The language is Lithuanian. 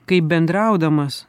kaip bendraudamas